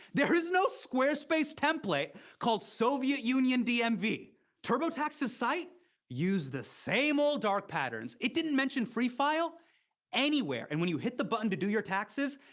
there is no squarespace template called soviet union dmv. turbotax's site used the same old dark patterns. it didn't mention free file anywhere. and when you hit the button to do your taxes,